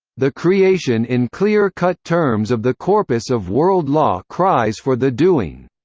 the creation in clear-cut terms of the corpus of world law cries for the doing.